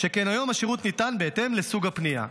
שכן היום השירות ניתן בהתאם לסוג הפנייה.